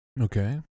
Okay